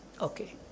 Okay